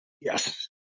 Yes